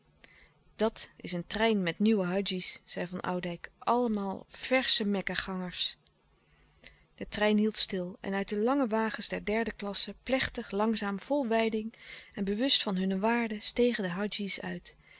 dat is een trein met nieuwe hadji's zei van oudijck allemaal versche mekka gangers de trein hield stil en uit de lange wagens der derde klasse plechtig langzaam vol wijding en bewust van hunne waarde stegen de hadji's uit